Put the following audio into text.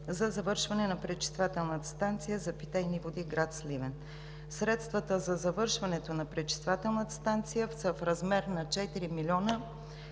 за завършване на пречиствателната станция за питейни води град Сливен“. Средствата за завършването на пречиствателната станция са в размер на 4 млн.